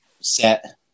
set